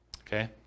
Okay